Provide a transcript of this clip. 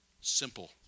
simple